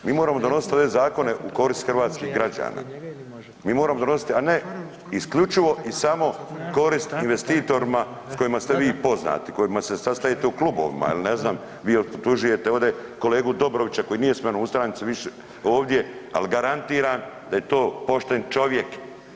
Mi moramo donositi ovdje zakone u koristi hrvatskih građana, mi moramo donositi, a ne isključivo i samo korist investitorima s kojima ste vi poznati, s kojima se sastajete u klubovima il ne znam vi optužujete ovdje kolegu Dobrovića koji nije s menom u stranci više ovdje, ali garantiram da je to pošten čovjek.